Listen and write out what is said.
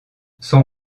son